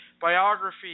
biography